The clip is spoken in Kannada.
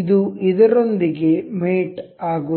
ಇದು ಇದರೊಂದಿಗೆ ಮೇಟ್ ಆಗುತ್ತದೆ